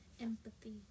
empathy